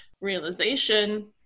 realization